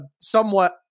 somewhat